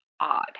odd